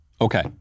Okay